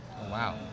Wow